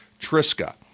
Triska